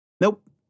Nope